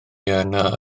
yna